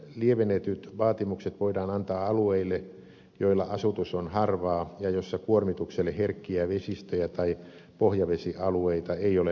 lievennetyt vaatimukset voidaan antaa alueille joilla asutus on harvaa ja joilla kuormitukselle herkkiä vesistöjä tai pohjavesialueita ei ole lähistöllä